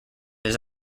his